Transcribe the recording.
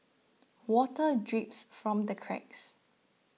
water drips from the cracks